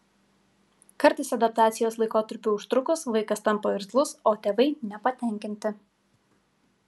kartais adaptacijos laikotarpiui užtrukus vaikas tampa irzlus o tėvai nepatenkinti